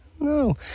no